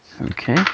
Okay